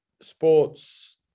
sports